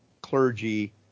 clergy